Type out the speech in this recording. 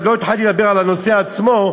עוד לא התחלתי לדבר על הנושא עצמו,